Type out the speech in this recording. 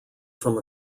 from